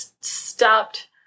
stopped